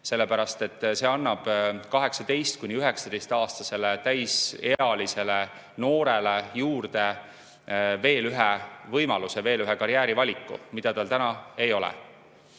sellepärast et see annab 18–19‑aastasele täisealisele noorele juurde veel ühe võimaluse, veel ühe karjäärivaliku, mida tal praegu ei ole.